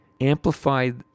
amplified